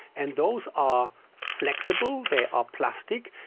and those are flexible, they are plastic,